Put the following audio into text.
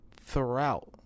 throughout